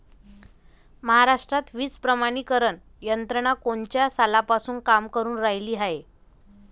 महाराष्ट्रात बीज प्रमानीकरण यंत्रना कोनच्या सालापासून काम करुन रायली हाये?